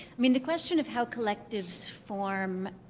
i mean the question of how collectives form